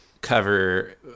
cover